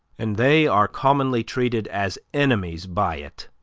and they are commonly treated as enemies by it.